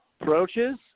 Approaches